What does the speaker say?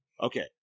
Okay